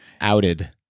Outed